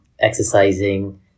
exercising